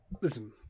Listen